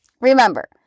remember